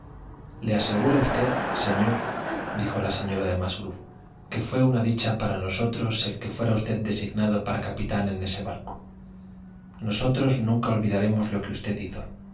le aseguro a usted señordijo la señora de musgrove que fué una dicha para nosotros el que fuera usted designado para capitán de ese barco nosotros nunca olvidaremos lo que usted hizo